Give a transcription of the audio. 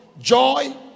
Joy